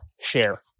share